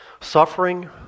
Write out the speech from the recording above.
Suffering